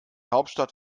hauptstadt